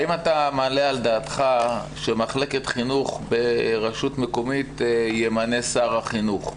האם אתה מעלה על דעתך שמחלקת חינוך ברשות מקומית ימנה שר החינוך?